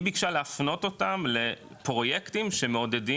היא ביקשה להפנות אותם לפרויקטים שמעודדים